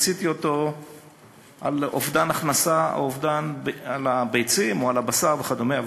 פיציתי אותו על אובדן הכנסה או על אובדן ביצים או על הבשר וכדומה,